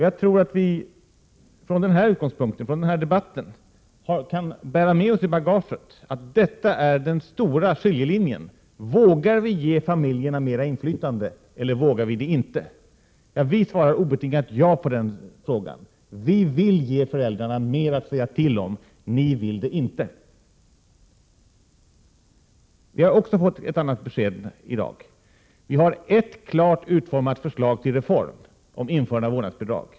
Jag tror att vi från den här debatten kan bära med oss i bagaget att detta är den stora skiljelinjen. Vågar vi ge familjerna mer inflytande? Vi svarar obetvingat ja på den frågan. Vi vill ge föräldrarna mer att säga till om, ni vill det inte. Vi har också fått ett annat besked i dag. Vi har ett klart utformat förslag till reform — om införande av vårdnadsbidrag.